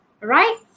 Right